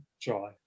try